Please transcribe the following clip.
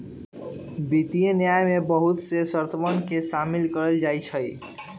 वित्तीय न्याय में बहुत से शर्तवन के शामिल कइल जाहई